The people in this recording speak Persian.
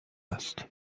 است